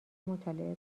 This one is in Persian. مطالعه